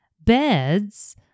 beds